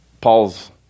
Paul's